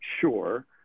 sure